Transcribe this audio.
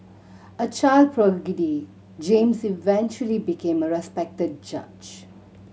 a child prodigy James eventually became a respected judge